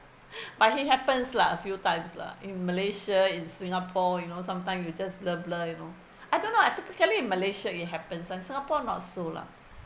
but he happens lah a few times lah in malaysia in singapore you know sometime you just blur blur you know I don't know I typically in malaysia it happens in singapore not so lah